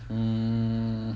mm